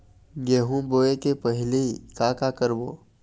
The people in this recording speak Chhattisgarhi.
गेहूं बोए के पहेली का का करबो?